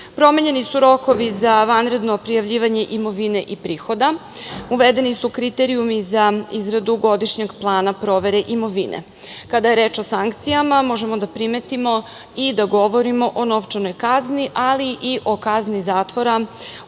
funkcije. Promenjeni su rokovi za vanredno prijavljivanje imovine i prihoda. Uvedeni su kriterijumi za izradu godišnjeg plana provere imovine. Kada je reč o sankcijama možemo da primetimo i da govorimo o novčanoj kazni, ali i o kazni zatvora u